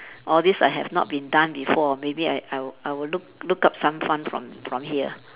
all these I have not been done before maybe I I will I will look look up some fun from from here